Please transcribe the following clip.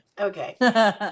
okay